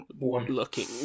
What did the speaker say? looking